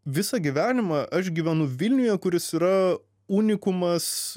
visą gyvenimą aš gyvenu vilniuje kuris yra unikumas